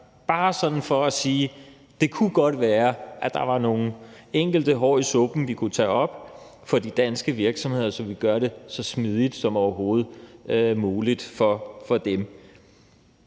bare for at sige, at det godt kunne være, at der var nogle enkelte hår i suppen, vi kunne tage op for de danske virksomheder, så vi kan gøre det så smidigt som overhovedet muligt for dem.